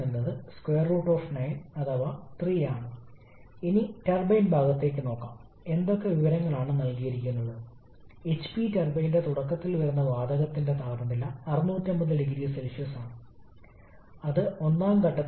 എന്നിരുന്നാലും നമ്മൾ ഒരു ഗ്യാസ് ടർബൈനിൽ ജോലിചെയ്യുമ്പോൾ ജോലി ചെയ്യുന്ന മാധ്യമം ഗ്യാസ് ആണ് അപ്പോൾ ഈ താപനില കുറച്ചുകൊണ്ട് മാത്രമേ വാതകത്തിന്റെ അളവ് ചെറിയ മൂല്യത്തിലേക്ക് നിലനിർത്താൻ കഴിയൂ